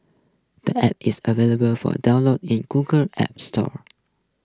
the App is available for download in Google's App Store